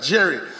Jerry